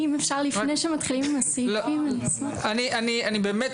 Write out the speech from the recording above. בבקשה, תמי, נעבור